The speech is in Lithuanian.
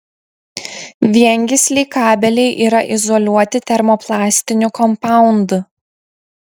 viengysliai kabeliai yra izoliuoti termoplastiniu kompaundu